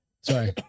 Sorry